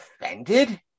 offended